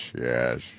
yes